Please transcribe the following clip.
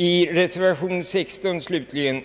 I reservation 16 slutligen